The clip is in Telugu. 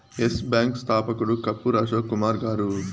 ఎస్ బ్యాంకు స్థాపకుడు కపూర్ అశోక్ కుమార్ గారు